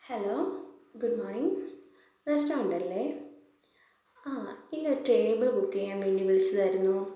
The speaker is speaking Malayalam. ഹലോ ഗുഡ് മോർണിംഗ് റെസ്റ്റോറന്റ് അല്ലെ ഇല്ല ടേബിൾ ബുക്ക് ചെയ്യാൻവേണ്ടി വിളിച്ചതായിരുന്നു